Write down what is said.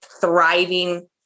thriving